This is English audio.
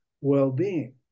well-being